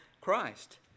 Christ